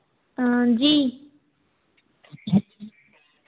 हाँ जी